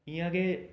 इ'यां गै